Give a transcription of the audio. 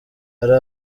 hari